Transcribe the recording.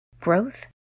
growth